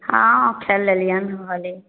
हँ खेल लेलिअनि होली